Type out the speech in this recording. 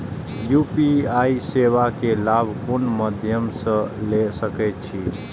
UPI सेवा के लाभ कोन मध्यम से ले सके छी?